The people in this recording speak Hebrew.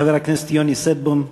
חבר הכנסת יוני שטבון,